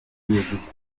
cy’igihugu